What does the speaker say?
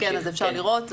אפשר לראות,